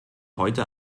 heute